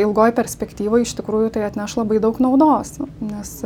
ilgoj perspektyvoj iš tikrųjų tai atneš labai daug naudos nes